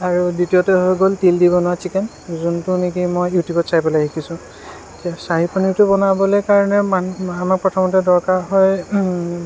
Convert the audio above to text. আৰু দ্বিতীয়তে হৈ গ'ল তিল দি বনোৱা ছিকেন যোনটো নেকি মই ইউটিউবত চাই পেলাই শিকিছোঁ ছাহী পনীৰটো বনাবলৈ কাৰণে আমাক প্ৰথমতে দৰকাৰ হয়